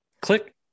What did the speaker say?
click